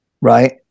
Right